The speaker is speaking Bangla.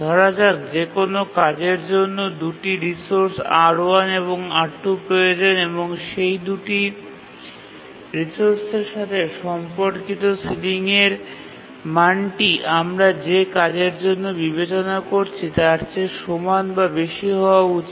ধরা যাক যে কোনও কাজের জন্য দুটি রিসোর্স R1 এবং R2 প্রয়োজন এবং সেই দুটি রিসোর্সের সাথে সম্পর্কিত সিলিংয়ের মানটি আমরা যে কাজের জন্য বিবেচনা করছি তার চেয়ে সমান বা বেশি হওয়া উচিত